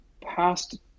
past